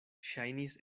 ŝajnis